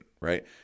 right